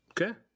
Okay